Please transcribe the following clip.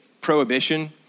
prohibition